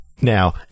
now